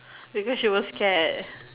because she was scared